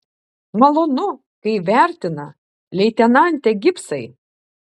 malonu kai vertina leitenante gibsai